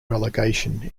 relegation